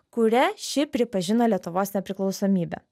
kuria ši pripažino lietuvos nepriklausomybę